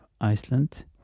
Iceland